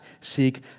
seek